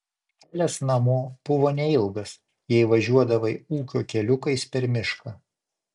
kelias namo buvo neilgas jei važiuodavai ūkio keliukais per mišką